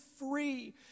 free